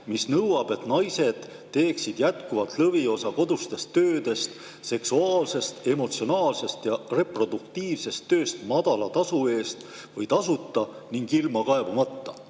mis nõuab, et naised teeksid jätkuvalt lõviosa kodustest töödest, seksuaalsest, emotsionaalsest ja reproduktiivsest tööst madala tasu eest või tasuta ning ilma kaebamata.